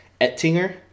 Ettinger